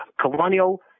colonial